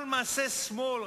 אנחנו למעשה שמאל,